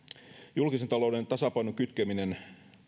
julkisen talouden tasapainon kytkeminen